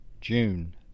June